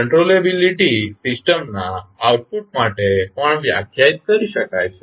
હવે કંટ્રોલેબીલીટી સિસ્ટમના આઉટપુટ માટે પણ વ્યાખ્યાયિત કરી શકાય છે